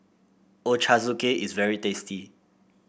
Ochazuke is very tasty